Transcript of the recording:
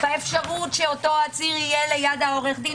באפשרות שאותו עציר יהיה ליד עורך דינו